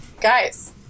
Guys